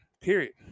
period